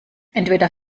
entweder